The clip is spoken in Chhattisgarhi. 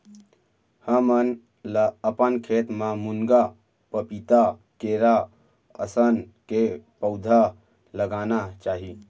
हमन ल अपन खेत म मुनगा, पपीता, केरा असन के पउधा लगाना चाही